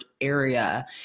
area